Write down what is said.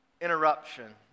interruption